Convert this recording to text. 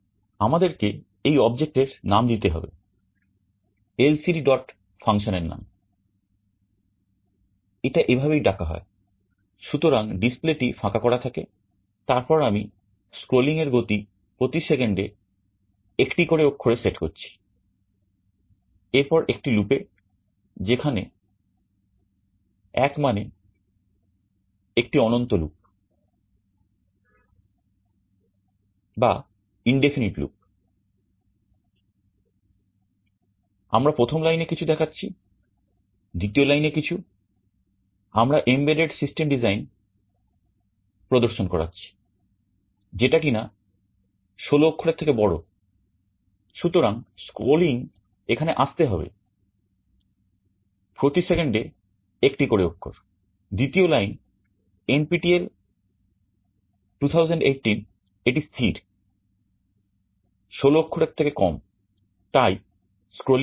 আমাদেরকে এই অবজেক্টের হবে না